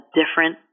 different